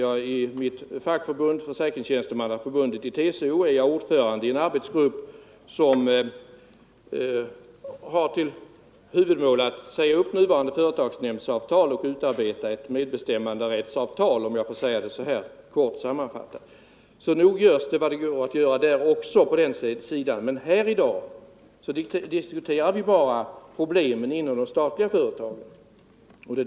Jag är i mitt fackförbund, Försäkringstjänstemannaförbundet tillhörande TCO, ordförande i en arbetsgrupp som har till huvudmål att säga upp nuvarande företagsnämndsavtal och utarbeta ett medbestämmanderättsavtal. — Så nog görs det vad som går att göra också på den sidan, men här i dag diskuterar vi bara problem inom de statliga företagen.